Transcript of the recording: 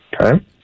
Okay